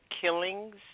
killings